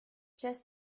just